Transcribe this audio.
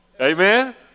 Amen